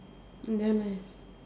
damn nice